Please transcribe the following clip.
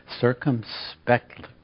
Circumspectly